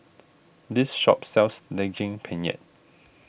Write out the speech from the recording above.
this shop sells Daging Penyet